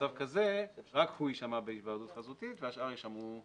שבמצב כזה רק הוא יישמע בהיוועדות חזותית והשאר יישמעו פיסית,